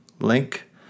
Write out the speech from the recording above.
link